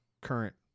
current